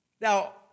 Now